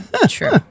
true